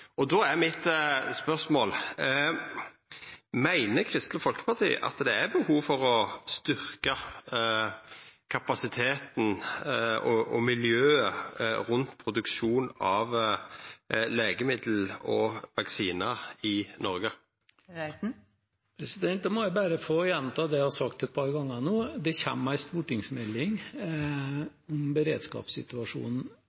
er mitt spørsmål: Meiner Kristeleg Folkeparti at det er behov for å styrkja kapasiteten og miljøet rundt produksjon av legemiddel og vaksinar i Noreg? Jeg må bare få gjenta det jeg har sagt et par ganger nå: Det kommer en stortingsmelding